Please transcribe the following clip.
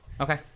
okay